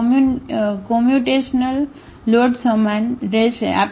પણ computational load સમાન રહેશે